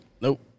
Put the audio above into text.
Nope